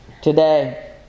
today